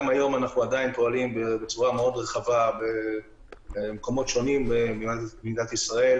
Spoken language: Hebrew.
גם היום אנחנו עדיין פועלים בצורה רחבה במקומות שונים במדינת ישראל,